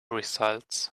results